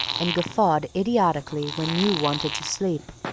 and guffawed idiotically when you wanted to sleep.